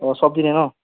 অঁ চব দিনে ন